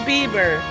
Bieber